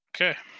Okay